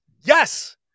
yes